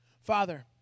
Father